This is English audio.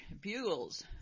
bugles